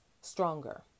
stronger